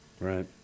Right